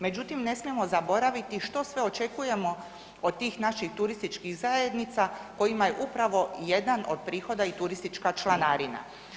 Međutim, ne smijemo zaboraviti što sve očekujemo od tih naših turističkih zajednica kojima je upravo i jedan od prihoda i turistička članarina.